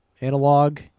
analog